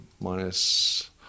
minus